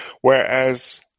Whereas